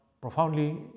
profoundly